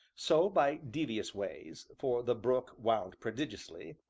so, by devious ways, for the brook wound prodigiously,